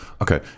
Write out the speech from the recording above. Okay